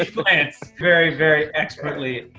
ah plants. very, very expertly,